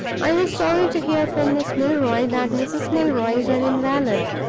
i was sorry to hear from miss milroy that mrs. milroy is an invalid.